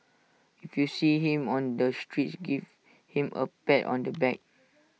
if you see him on the streets give him A pat on the back